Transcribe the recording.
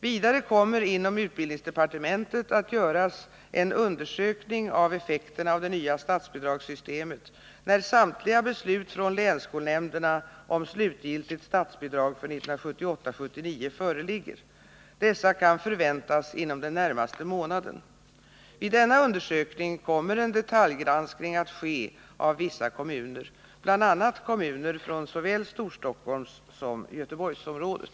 Vidare kommer inom utbildningsdepartementet att göras en undersökning av effekterna av det nya statsbidragssystemet när samtliga beslut från länsskolnämnderna om slutgiltigt statsbidrag för 1978/79 föreligger. Dessa kan förväntas inom den närmaste månaden. Vid denna undersökning kommer en detaljgranskning att ske av vissa kommuner, bl.a. kommuner från såväl Storstockholmssom Göteborgsområdet.